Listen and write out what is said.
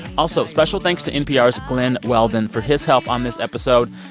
also, special thanks to npr's glen weldon for his help on this episode.